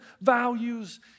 values